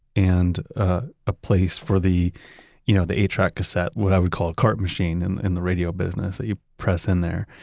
and ah a place for the you know the eight-track cassette, what i would call a cart machine and in the radio business that you press in there.